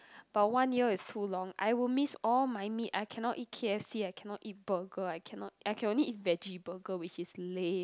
but one year is too long I would miss all my meat I cannot eat K_F_C I cannot eat burger I cannot I can only eat veggie burger which is lame